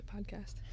podcast